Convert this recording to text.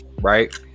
right